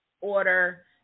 order